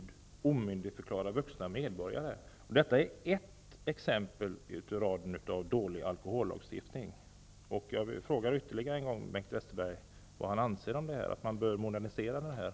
Detta är bara ett exempel på en gammal och otidsenlig alkohollagstiftning där staten genom krångel och förbud omyndigförklarar vuxna medborgare.